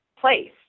place